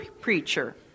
preacher